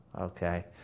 Okay